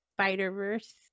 Spider-Verse